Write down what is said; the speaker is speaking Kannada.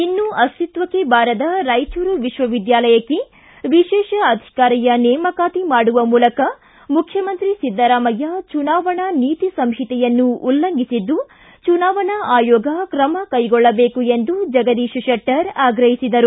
ಇನ್ನೂ ಅಸ್ತಿತ್ವಕ್ಕೆ ಬಾರದ ರಾಯಚೂರು ವಿಶ್ವವಿದ್ಯಾಲಯಕ್ಕೆ ವಿಶೇಷ ಅಧಿಕಾರಿಯ ನೇಮಕಾತಿ ಮಾಡುವ ಮೂಲಕ ಮುಖ್ಯಮಂತ್ರಿ ಸಿದ್ದರಾಮಯ್ಯ ಚುನಾವಣಾ ನೀತಿ ಸಂಹಿತೆಯನ್ನು ಉಲ್ಲಂಘಿಸಿದ್ದು ಚುನಾವಣಾ ಆಯೋಗ ಕ್ರಮ ಕೈಗೊಳ್ಳಬೇಕು ಎಂದು ಜಗದೀಶ್ ಶೆಟ್ಟರ್ ಆಗ್ರಹಿಸಿದರು